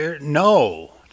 No